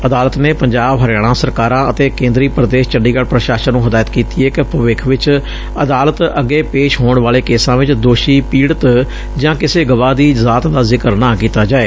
ਅਦਾਲਤ ਨੇ ਪੰਜਾਬ ਹਰਿਆਣਾ ਸਰਕਾਰਾਂ ਅਤੇ ਕੇਂਦਰੀ ਪ੍ਰਦੇਸ਼ ਚੰਡੀਗੜ੍ਪ ਪ੍ਰਸ਼ਾਸਨ ਨੂੰ ਹਦਾਇਤ ਕੀਤੀ ਏ ਕਿ ਭਵਿੱਖ ਵਿਚ ਅਦਾਲਤ ਅਗੇ ਪਸ਼ੇ ਹੋਣ ਵਾਲੇ ਕੇਸਾ ਵਿਚ ਦੋਸ਼ੀ ਪੀੜੁਤ ਜਾ ਕਿਸੇ ਗਵਾਹ ਦੀ ਜਾਤ ਦਾ ਜ਼ਿਕਰ ਨਾ ਕੀਤਾ ਜਾਵੇ